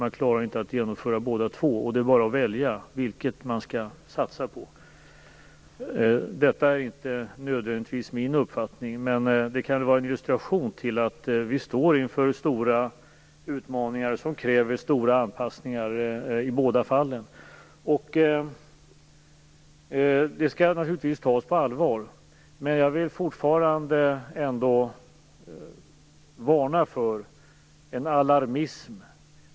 Man klarar inte av att genomföra båda två, och det är bara att välja vilket man skall satsa på. Detta är inte nödvändigtvis min uppfattning, men det kan vara en illustration till att vi står inför stora utmaningar som i båda fallen kräver stora anpassningar. Detta skall naturligtvis tas på allvar, men jag vill ändå fortfarande varna för alarmism.